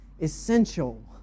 essential